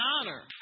honor